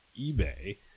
eBay